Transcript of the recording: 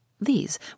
These